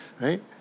right